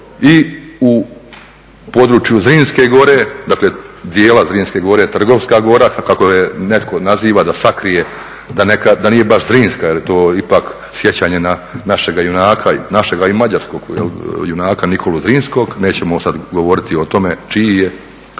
i u području Zrinske gore, dakle dijela Zrinske gore Trgovska gora kako je netko naziva da sakrije, da nije baš Zrinska je li to ipak sjećanje na našega junaka, našega i mađarskog junaka Nikolu Zrinskog. Nećemo sad govoriti o tome čiji je